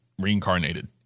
reincarnated